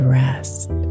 rest